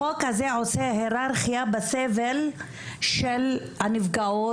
החוק הזה עושה היררכיה בסבל של הנפגעות